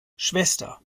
schwester